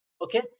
Okay